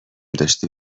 داشتی